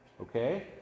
Okay